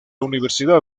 universidad